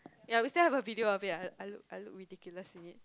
ya we still have a video of it I I look I look ridiculous in it